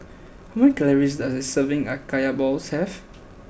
how many calories does a serving of Kaya Balls have